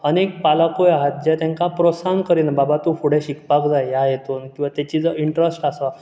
अनेक पालकूय आसात जे तांकां प्रोत्साहन करिनात बाबा तूं फुडे शिकपाक जाय ह्या हितून तेची जो इंट्रस्ट आसा